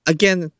Again